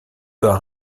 doit